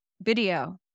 video